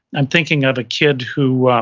i'm thinking of a kid who,